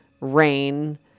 Rain